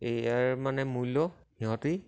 এই ইয়াৰ মানে মূল্য সিহঁতি